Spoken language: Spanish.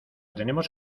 tenemos